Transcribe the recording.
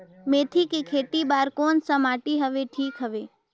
मेथी के खेती बार कोन सा माटी हवे ठीक हवे?